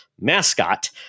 mascot